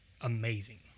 amazing